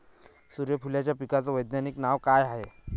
सुर्यफूलाच्या पिकाचं वैज्ञानिक नाव काय हाये?